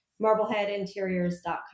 Marbleheadinteriors.com